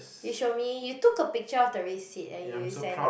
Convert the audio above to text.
you show me you took a picture of the receipt and you send